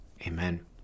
Amen